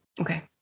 Okay